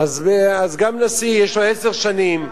אז גם נשיא יש לו עשר שנים.